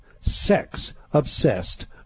sex-obsessed